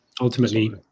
ultimately-